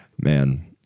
man